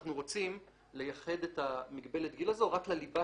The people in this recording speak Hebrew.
אנחנו רוצים לייחד את מגבלת הגיל הזו רק לליבה